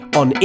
on